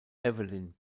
evelyn